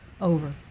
over